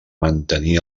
mantenir